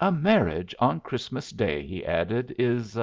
a marriage on christmas day, he added, is